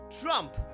Trump